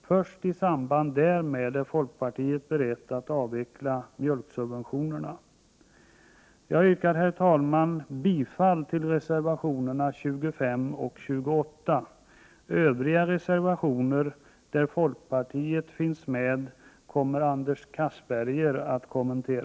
Folkpartiet är berett att avveckla mjölksubventionerna endast i samband med en sådan förstärkning. Herr talman! Jag yrkar bifall till reservationerna 25 och 28. Övriga reservationer som undertecknats av folkpartister kommer att kommenteras av Anders Castberger.